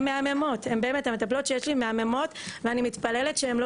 הם מהממות באמת המטפלות שיש לי מהממות ואני מתפללת שהם לא